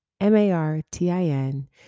M-A-R-T-I-N